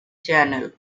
channel